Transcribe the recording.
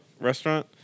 restaurant